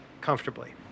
comfortably